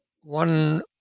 one